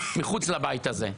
מחוץ לבית הזה.